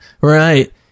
Right